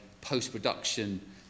post-production